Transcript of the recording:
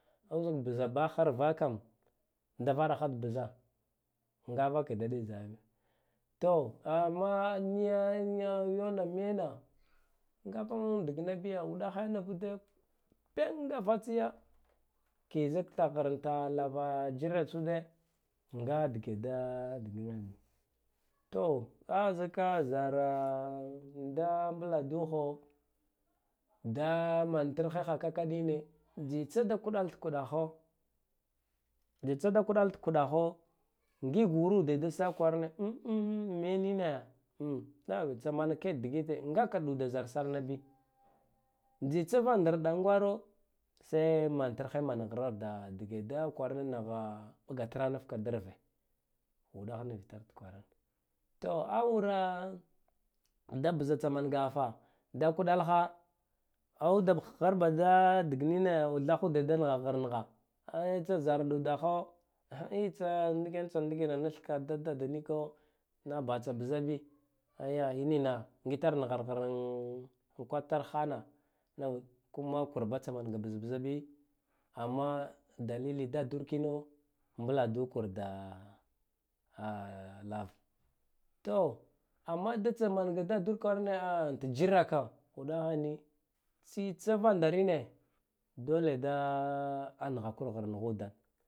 Un bza baha arva kam davara ha bza ngaba vake duthaha bi to amma niya yayamena ngaba dagna biyo uɗa he nivude tunda fatsiya ke za thaghar ka lava juna tsude nga dige da dag yan bi to a zaka zara da mblduho da mantar heha kaka dine je tsa da kuɗaladkuɗalo jetsada kuɗadkuɗaho ngiurude da sa kwara amenine tsa manake digite nga ka ɗuda zarsarnabi jitsavandar ɗangwa ro tho manatarhe mana hra ɗa dige da kwaran naha bgatranfha da arve uɗah nivi tartkwarne to awra dabza tsa mangaharfada kuɗalaha a udah dar haɗa diginine thahude da nahar naha ay tsa zara ɗudaho in tsa ndika u tsa ndikira nath ka daddado niko na ba tsa bza bi ayya inina ngitar nahar har an kwartar hana kuma kur ba tsana lar bazbzbi amma dalili dadur kino mbladu kur da aa lav to amma da tsa manga dadur kwarane a jira ka uɗdahe ni tsitsa vandarine dole da anahakur naha udan.